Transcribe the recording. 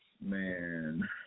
Man